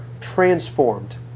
transformed